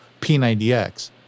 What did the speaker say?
P90X